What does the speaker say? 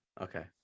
Okay